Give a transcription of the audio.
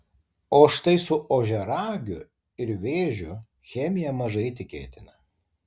o štai su ožiaragiu ir vėžiu chemija mažai tikėtina